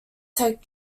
take